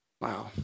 Wow